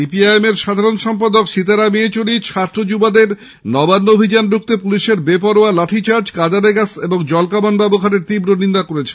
CPIM সাধারণ সম্পাদক সীতারাম ইয়েচুরি ছাত্র যুবদের নবান্ন অভিযান রুখতে পুলিসের বেপরোযা লাঠিচার্জ কাদানে গ্যস জলকামান ব্যবহারের তীব্র নিন্দা করেছেন